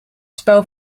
spel